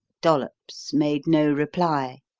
dollops made no reply.